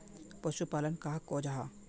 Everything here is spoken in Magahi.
पशुपालन कहाक को जाहा?